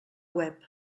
web